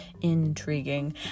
intriguing